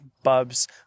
bubs